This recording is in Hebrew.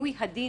ששינוי הדין